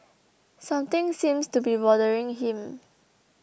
something seems to be bothering him